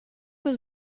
was